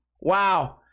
Wow